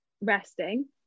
resting